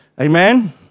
Amen